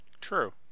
True